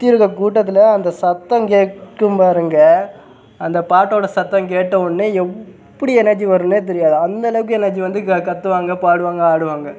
சுற்றி இருக்கற கூட்டத்தில் அந்த சத்தம் கேட்கும் பாருங்க அந்த பாட்டோட சத்தம் கேட்ட உடனே எப்படி எனர்ஜி வரும்னே தெரியாது அந்தளவுக்கு எனர்ஜி வந்து கேக் கத்துவாங்க பாடுவாங்க ஆடுவாங்க